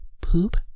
poop